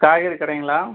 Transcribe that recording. காய்கறி கடைங்களா